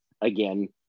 again